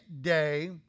day